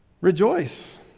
Rejoice